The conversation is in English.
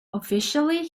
officially